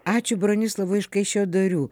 ačiū bronislavui iš kaišiadorių